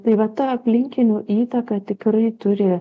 tai va ta aplinkinių įtaka tikrai turi